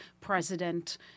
president